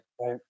Right